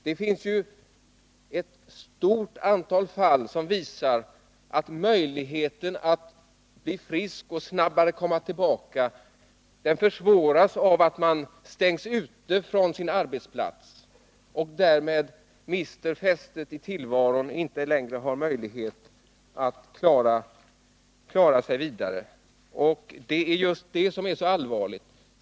Det finns ett stort antal fall som visar att möjligheten att bli frisk och snabbare komma tillbaka minskas av att man stängs ute från sin arbetsplats och därmed mister fästet i tillvaron. Man har då inte längre möjlighet att klara sig vidare. Det är just det som är så allvarligt.